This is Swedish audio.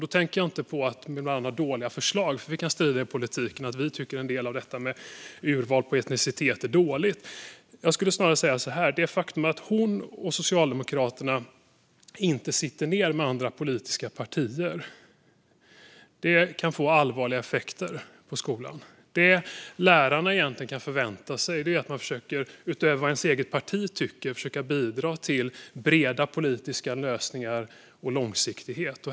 Då tänker jag inte på hennes dåliga förslag - vi kan strida i politiken, och vi tycker att en del av detta med urval på etnicitet är dåligt - utan jag skulle snarare säga så här: Det faktum att hon och Socialdemokraterna inte sitter ned med andra politiska partier kan få allvarliga effekter på skolan. Det lärarna har rätt att förvänta sig är att man, utöver vad ens eget parti tycker, försöker bidra till breda politiska lösningar och långsiktighet.